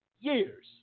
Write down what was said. years